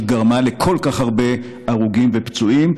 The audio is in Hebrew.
שגרמה לכל כך הרבה הרוגים ופצועים.